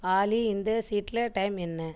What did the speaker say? ஆலி இந்த சீட்டில டைம் என்ன